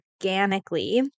organically